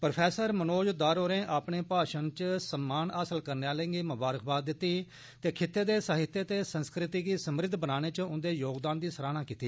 pro Manoj Dhar होरें अपने भाषण च सम्मान हासल करने आलें गी मुबारख दित्ती ते खित्ते दे साहित्य ते संस्कृति गी समृद्ध बनाने च उंदे योगदान दी सराहना कीती